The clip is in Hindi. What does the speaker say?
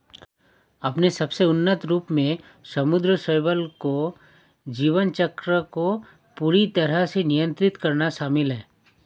अपने सबसे उन्नत रूप में समुद्री शैवाल के जीवन चक्र को पूरी तरह से नियंत्रित करना शामिल है